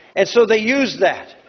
and so they use that,